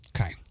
Okay